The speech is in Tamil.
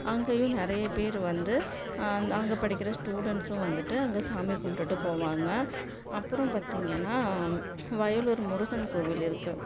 அங்கேயும் நிறைய பேர் வந்து அங்கே படிக்கிற ஸ்டூடண்ட்ஸும் வந்துவிட்டு அங்கே சாமி கும்பிட்டுட்டு போவாங்க அப்புறம் பார்த்திங்கன்னா வயலூர் முருகன் கோவில் இருக்கு